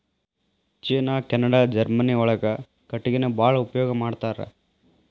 ಚೇನಾ Canada Germany ಒಳಗ ಕಟಗಿನ ಬಾಳ ಉಪಯೋಗಾ ಮಾಡತಾರ